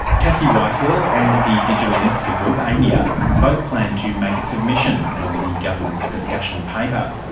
cassie whitehill and the digital industry group aimia both plan to make a submission on the government's discussion paper.